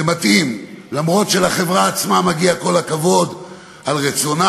זה מתאים אומנם לחברה עצמה מגיע כל הכבוד על רצונה,